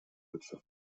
wirtschaft